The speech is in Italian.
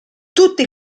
tutti